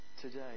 today